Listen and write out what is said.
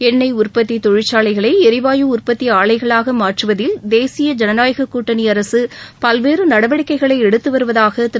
எண்ணெய் உற்பத்தி தொழிற்சாலைகளை எரிவாயு உற்பத்தி ஆலைகளாக மாற்றுவதில் தேசிய ஜனநாயக கூட்டணி அரசு பல்வேறு நடவடிக்கைகளை எடுத்துவருவதாக திரு